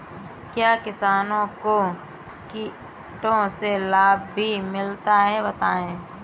क्या किसानों को कीटों से लाभ भी मिलता है बताएँ?